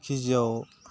केजियाव